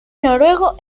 noruego